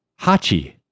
Hachi